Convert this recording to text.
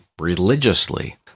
religiously